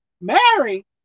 Mary